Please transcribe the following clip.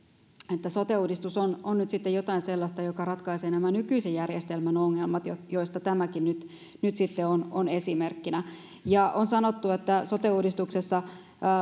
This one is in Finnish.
että sote uudistus on on nyt sitten jotain sellaista joka ratkaisee nämä nykyisen järjestelmän ongelmat joista tämäkin nyt nyt sitten on on esimerkkinä on sanottu että sote uudistuksessa